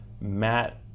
Matt